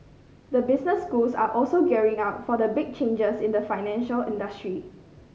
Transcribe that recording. the business schools are also gearing up for the big changes in the financial industry